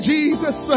Jesus